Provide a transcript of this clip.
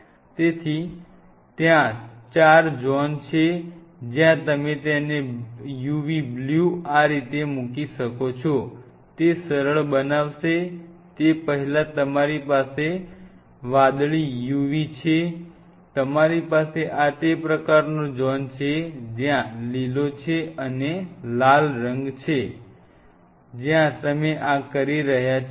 તેથી ત્યાં ચાર ઝોન છે જ્યાં તમે તેને uv બ્લુ આ રીતે મૂકી શકો છો તે સરળ બનાવશે તે પહેલાં તમારી પાસે વાદળી uv છે તમારી પાસે આ તે પ્રકારનો ઝોન છે જ્યાં લીલો છે અને લાલ રંગ છે જ્યાં તમે આ કરી રહ્યા છો